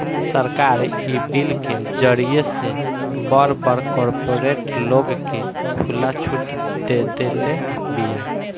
सरकार इ बिल के जरिए से बड़ बड़ कार्पोरेट लोग के खुला छुट देदेले बिया